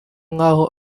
nkaho